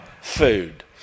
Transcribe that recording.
food